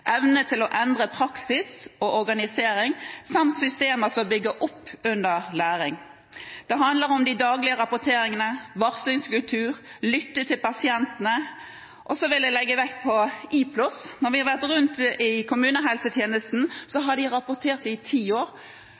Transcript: evne til å endre praksis og organisering samt ha systemer som bygger opp under læring. Det handler om de daglige rapporteringene, varslingskultur og å lytte til pasientene. Så vil jeg legge vekt på IPLOS. Når vi har vært rundt hos kommunehelsetjenesten, sier de at de i ti år